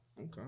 Okay